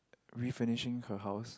refurnishing her house